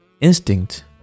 instinct